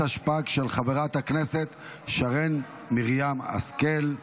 התשפ"ג 2022, של חברת הכנסת שרן מרים השכל.